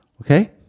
Okay